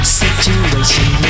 situation